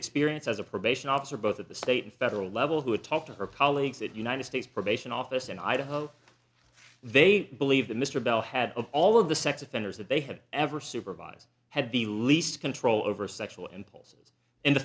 experience as a probation officer both at the state and federal level who had talked to her colleagues at united states probation office in idaho they believe that mr bell had of all of the sex offenders that they had ever supervised had the least control over sexual impulses and the